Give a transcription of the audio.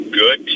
good